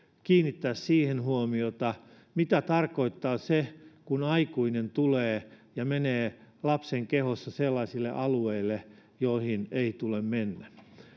kiinnittää huomiota siihen mitä tarkoittaa se kun aikuinen tulee ja menee lapsen kehossa sellaisille alueille joihin ei tule mennä